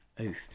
Oof